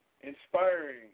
inspiring